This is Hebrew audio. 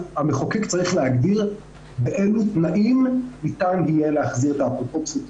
המחוקק צריך להגדיר באילו תנאים ניתן יהיה להחזיר את האפוטרופסות.